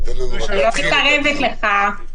המחוקק קבע שזה מגיע לוועדת החוקה בגלל שאנחנו בדחילו